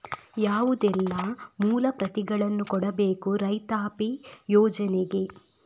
ಯಾವುದೆಲ್ಲ ಮೂಲ ಪ್ರತಿಗಳನ್ನು ಕೊಡಬೇಕು ರೈತಾಪಿ ಯೋಜನೆಗೆ?